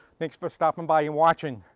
thanks for stopping by and watching.